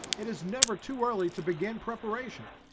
it is never too early to begin preparation.